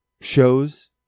shows